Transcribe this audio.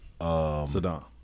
Saddam